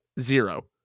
zero